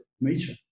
nature